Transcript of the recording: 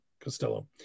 Costello